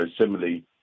similarly